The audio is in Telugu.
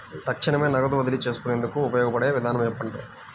తక్షణమే నగదు బదిలీ చేసుకునేందుకు ఉపయోగపడే విధానము చెప్పండి?